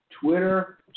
Twitter